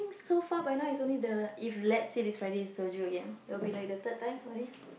so far by now it's only the if let's say this Friday is Soju again it'd be like the third time already